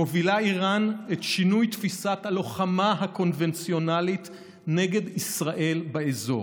מובילה איראן את שינוי תפיסת הלוחמה הקונבנציונלית נגד ישראל באזור.